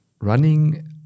Running